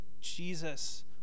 Jesus